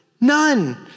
None